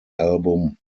album